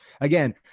again